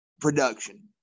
production